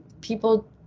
people